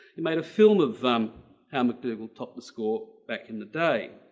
he made a film of how mcdougal topped the score back in the day.